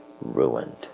ruined